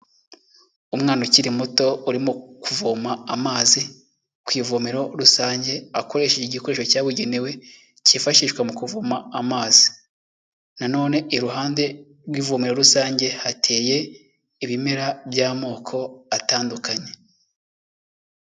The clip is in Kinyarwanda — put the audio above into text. Umwana ukiri muto urimo kuvoma amazi ku ivomero rusange akoresheje igikoresho cyabugenewe kifashishwa mu kuvoma amazi, nanone iruhande rw'ivomero rusange hateye ibimera by'amoko atandukanye.